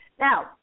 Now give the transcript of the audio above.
Now